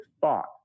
thought